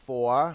Four